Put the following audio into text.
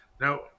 Now